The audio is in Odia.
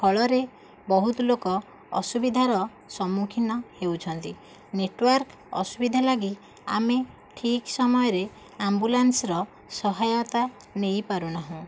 ଫଳରେ ବହୁତ ଲୋକ ଅସୁବିଧାର ସମ୍ମୁଖୀନ ହେଉଛନ୍ତି ନେଟୱାର୍କ ଅସୁବିଧା ଲାଗି ଆମେ ଠିକ୍ ସମୟରେ ଆମ୍ବୁଲାନ୍ସର ସହାୟତା ନେଇ ପାରୁନାହୁଁ